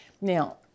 Now